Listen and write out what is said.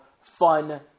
fun